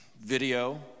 video